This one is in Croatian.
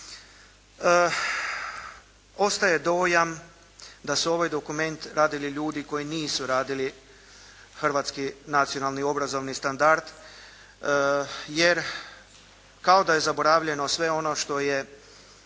Ostaje dojam da su ovaj dokument radili ljudi koji nisu radili hrvatski nacionalni obrazovni standard, jer kao da je zaboravljeno sve ono što je